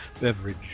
beverage